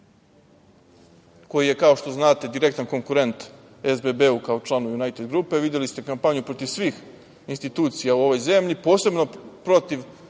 koji je, kao što znate, direktan konkurent SBB kao članu Junajted grupe. Videli ste kampanju protiv svih institucija u ovoj zemlji, posebno protiv